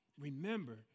Remember